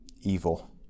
evil